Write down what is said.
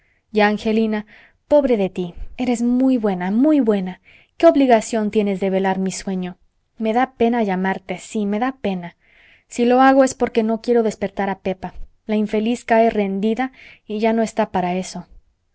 y a angelina pobre de tí eres muy buena muy buena qué obligación tienes de velar mi sueño me da pena llamarte sí me da pena si lo hago es porque no quiero despertar a pepa la infeliz cae rendida y ya no está para eso